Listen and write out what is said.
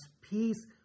peace